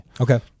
okay